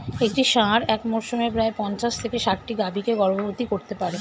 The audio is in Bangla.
একটি ষাঁড় এক মরসুমে প্রায় পঞ্চাশ থেকে ষাটটি গাভী কে গর্ভবতী করতে পারে